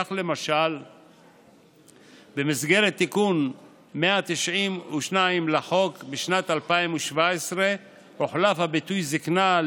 כך למשל במסגרת תיקון 192 לחוק בשנת 2017 הוחלף הביטוי "זקנה"